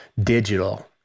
digital